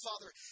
Father